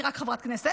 אני רק חברת כנסת.